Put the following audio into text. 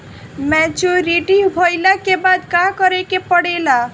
Maturity भईला के बाद का करे के पड़ेला?